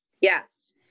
Yes